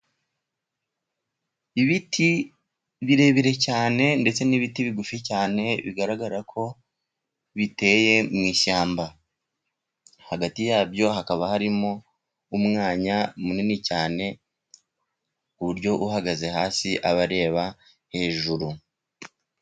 Ibiti birebire cyane, ndetse n'ibiti bigufi cyane bigaragara ko biteye mu ishyamba. Hagati yabyo hakaba harimo umwanya munini cyane, ku buryo uhagaze hasi aba areba hejuru.